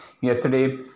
Yesterday